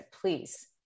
please